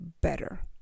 better